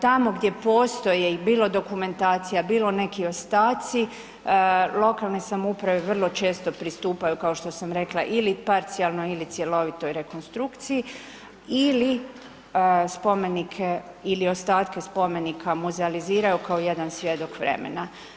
Tamo gdje postoje i bilo dokumentacija, bilo neki ostaci lokalne samouprave vrlo često pristupaju kao što sam rekla il parcijalnoj ili cjelovitoj rekonstrukciji ili spomenike ili ostatke spomenika muzealiziraju kao jedan svjedok vremena.